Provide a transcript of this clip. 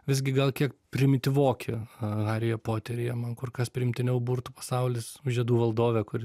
visgi gal kiek primityvoki haryje poteryje man kur kas priimtiniau burtų pasaulis žiedų valdove kur